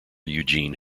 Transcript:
eugene